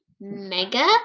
Mega